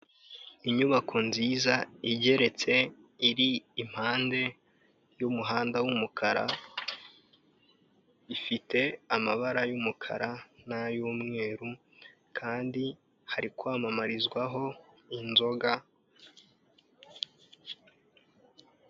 Inyubako nziza igeretse iri impande y'umuhanda w'umukara, ifite amabara y'umukara n'ay'umweru kandi hari kwamamarizwaho inzoga.